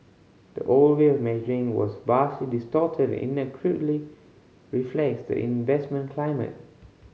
the old way of measuring was vastly distorted and inaccurately reflects the investment climate